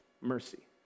mercy